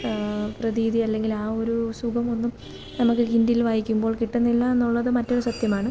പ്രതീതി അല്ലെങ്കിൽ ആ ഒരു സുഖമൊന്നും നമുക്ക് കിൻഡിൽ വായിക്കുമ്പോൾ കിട്ടുന്നില്ല എന്നുള്ളത് മറ്റൊരു സത്യമാണ്